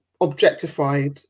objectified